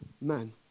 man